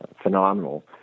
phenomenal